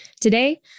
Today